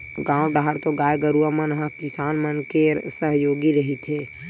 गाँव डाहर तो गाय गरुवा मन ह किसान मन के सहयोगी रहिथे